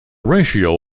ratio